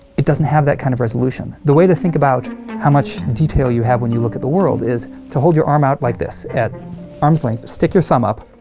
it doesn't have that kind of resolution. the way to think about how much detail you have when you look at the world is to hold your arm out like this, at arm's length. stick your thumb up.